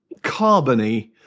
carbony